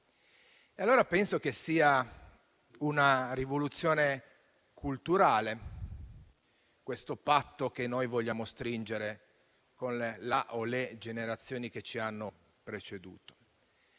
chiude. Penso che sia una rivoluzione culturale questo patto che vogliamo stringere con la o le generazioni che ci hanno preceduto.